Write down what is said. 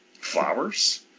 Flowers